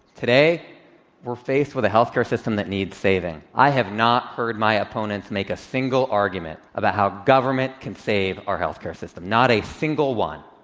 today we're faced with a health care system that needs saving. i have not heard my opponents make a single argument about how government can save our health care system, not a single one.